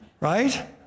Right